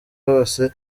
hose